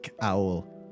Owl